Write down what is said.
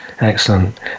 Excellent